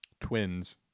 Twins